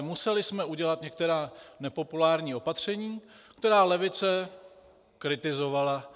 Museli jsme udělat některá nepopulární opatření, která levice kritizovala.